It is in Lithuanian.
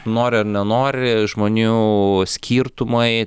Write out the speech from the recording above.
nori ar nenori žmonių skirtumai